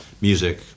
music